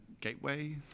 gateway